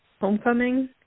homecoming